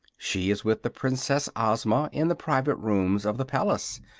she is with the princess ozma, in the private rooms of the palace,